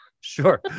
sure